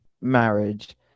marriage